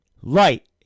light